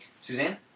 Suzanne